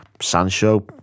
Sancho